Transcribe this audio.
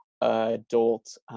adult